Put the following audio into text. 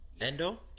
endo